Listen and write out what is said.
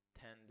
tend